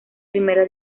primera